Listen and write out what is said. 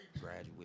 graduate